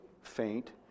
faint